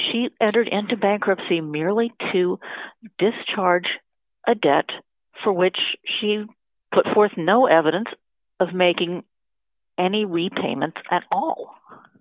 she entered into bankruptcy merely to discharge a debt for which she put forth no evidence of making any repayment at all